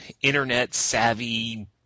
Internet-savvy